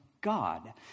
God